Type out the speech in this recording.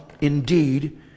indeed